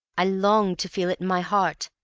i longed to feel it in my heart.